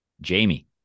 Jamie